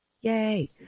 Yay